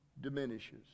diminishes